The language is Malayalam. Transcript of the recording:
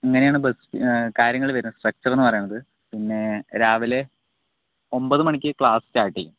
അങ്ങനെയാണ് ബസ് കാര്യങ്ങൾ വരുന്നത് സ്ട്രക്ച്ചർന്ന് പറയുന്നത് പിന്നെ രാവിലെ ഒമ്പതു മണിക്ക് ക്ലാസ് സ്റ്റാർട്ട് ചെയ്യും